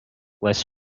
less